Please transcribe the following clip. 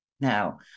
Now